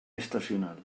estacional